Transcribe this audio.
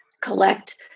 collect